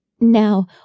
Now